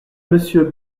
monsieur